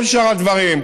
כל שאר הדברים,